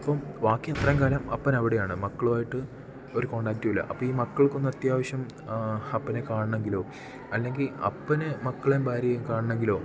അപ്പം ബാക്കി അത്രയും കാലം അപ്പൻ അവിടെയാണ് മക്കളുമായിട്ട് ഒരു കോൺടാറ്റും ഇല്ല അപ്പം ഈ മക്കൾക്ക് ഒന്നു അത്യാവശ്യം അപ്പനെ കാണണമെങ്കിലോ അല്ലെങ്കിൽ അപ്പന് മക്കളെയും ഭാര്യയേയും കാണണമെങ്കിലോ